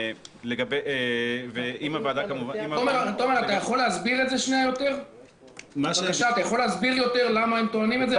תומר, אתה יכול להסביר יותר למה הם טוענים את זה?